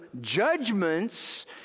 judgments